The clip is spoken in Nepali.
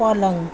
पलङ